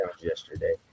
yesterday